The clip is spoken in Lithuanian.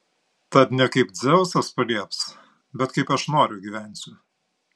tad ne kaip dzeusas palieps bet kaip aš noriu gyvensiu